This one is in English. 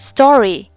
Story